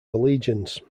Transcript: allegiance